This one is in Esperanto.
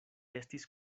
estis